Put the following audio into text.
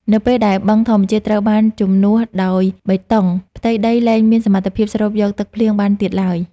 នៅពេលដែលបឹងធម្មជាតិត្រូវបានជំនួសដោយបេតុង ផ្ទៃដីលែងមានសមត្ថភាពស្រូបយកទឹកភ្លៀងបានទៀតឡើយ។